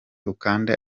ukanda